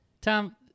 Tom